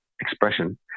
expression